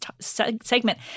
segment